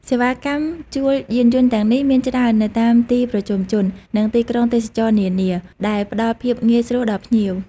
សេវាកម្មជួលយានយន្តទាំងនេះមានច្រើននៅតាមទីប្រជុំជន និងទីក្រុងទេសចរណ៍នានា ដែលផ្តល់ភាពងាយស្រួលដល់ភ្ញៀវ។